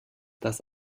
das